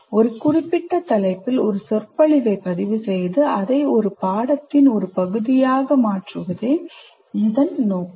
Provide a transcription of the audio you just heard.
ஒரு குறிப்பிட்ட தலைப்பில் ஒரு சொற்பொழிவைப் பதிவுசெய்து அதை ஒரு பாடத்தின் ஒரு பகுதியாக மாற்றுவதே இதன் நோக்கம்